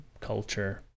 culture